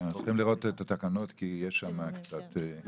אנחנו צריכים לראות את התקנות כי יש שם קצת ---.